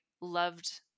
loved